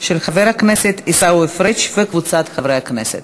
של חבר הכנסת עיסאווי פריג' וקבוצת חברי הכנסת.